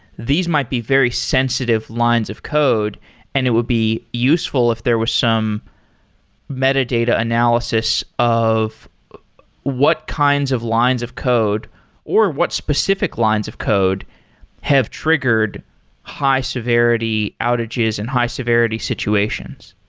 might be very sensitive lines of code and it will be useful if there was some metadata analysis of what kinds of lines of code or what specific lines of code have triggered high severity outages and high severity situations?